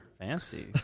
Fancy